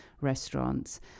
restaurants